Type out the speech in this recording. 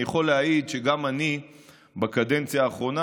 אני יכול להעיד שגם אני בקדנציה האחרונה